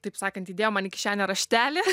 taip sakant įdėjo man į kišenę raštelį